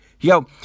Yo